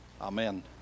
amen